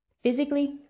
physically